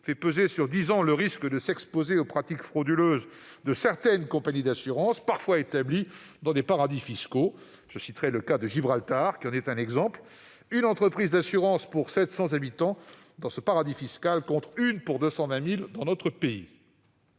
fait peser pendant dix ans le risque de s'exposer aux pratiques frauduleuses de certaines compagnies d'assurances parfois établies dans des paradis fiscaux. Le cas de Gibraltar en est un exemple : on compte une entreprise d'assurance pour 700 habitants dans ce paradis fiscal, contre une pour 220 000 en France.